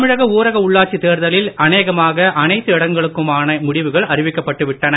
தமிழக ஊரக உள்ளாட்சித் தேர்தலில் அனேகமாக அனைத்து இடங்களுக்குமான முடிவுகள் அறிவிக்கப் பட்டுவிட்டன